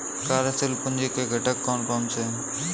कार्यशील पूंजी के घटक कौन कौन से हैं?